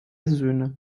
söhne